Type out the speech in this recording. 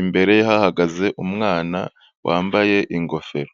imbere hahagaze umwana wambaye ingofero.